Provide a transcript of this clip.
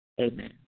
amen